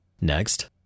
Next